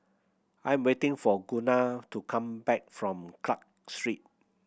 I am waiting for Gunnar to come back from Clarke Street